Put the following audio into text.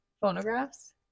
Phonographs